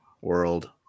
world